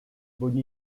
bonne